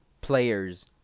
players